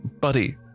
Buddy